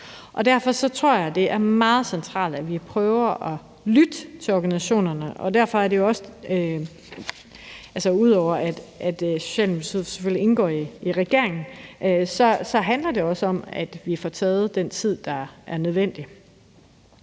Derfor tror jeg, det er meget centralt, at vi prøver at lytte til organisationerne. Og ud over at Socialdemokratiet selvfølgelig indgår i regeringen, handler det også om, at vi får taget den tid til det, der er nødvendig.